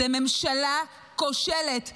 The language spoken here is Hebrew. היא ממשלה כושלת,